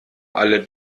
alle